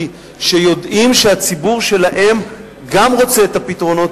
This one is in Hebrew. שיודעים שהציבור שלהם גם רוצה את הפתרונות.